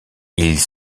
ils